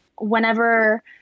whenever